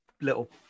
little